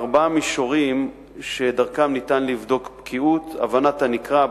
ארבעה מישורים שדרכם ניתן לבדוק בקיאות: הבנת הנקרא,